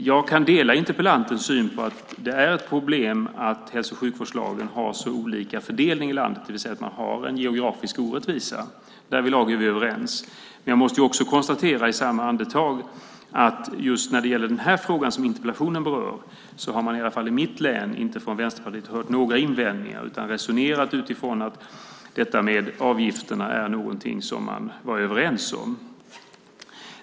Jag kan dela interpellantens syn på att det är ett problem att hälso och sjukvårdslagen har så olika fördelning i landet, det vill säga att man har en geografisk orättvisa. Därvidlag är vi överens. Men jag måste också i samma andetag konstatera att just när det gäller den fråga som interpellationen berör har man i alla fall i mitt län inte hört några invändningar från Vänsterpartiet utan resonerat utifrån att avgifterna är någonting som man var överens om.